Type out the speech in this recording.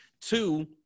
Two